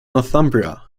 northumbria